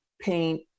paint